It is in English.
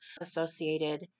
associated